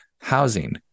housing